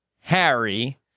Harry